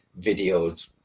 videos